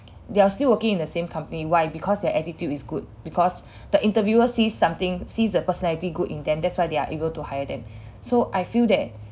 they are still working in the same company why because their attitude is good because the interviewer sees something sees the personality good in them that's why they're able to hire them so I feel that